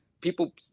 people